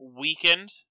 weakened